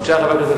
אין שום בעיה.